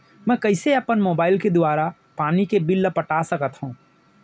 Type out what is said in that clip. मैं कइसे अपन मोबाइल के दुवारा पानी के बिल ल पटा सकथव?